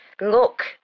look